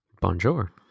Bonjour